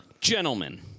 Gentlemen